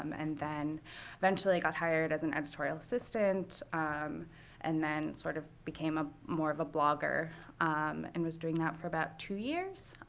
um and then eventually i got hired as an editorial assistant um and then, sort of, became ah more of a blogger and was doing that for about two years.